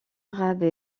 arabe